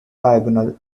diagonal